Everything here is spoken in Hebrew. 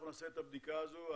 נעשה את הבדיקה הזו.